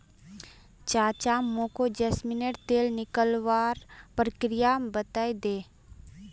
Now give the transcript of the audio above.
चाचा मोको जैस्मिनेर तेल निकलवार प्रक्रिया बतइ दे